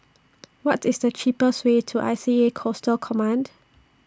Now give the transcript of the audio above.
What IS The cheapest Way to I C A Coastal Command